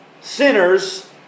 sinners